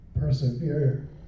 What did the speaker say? persevere